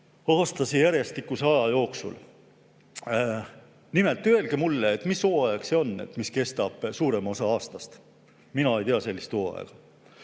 aastase järjestikuse aja jooksul. Nimelt, öelge mulle, mis hooaeg see on, mis kestab suurema osa aastast. Mina ei tea sellist hooaega.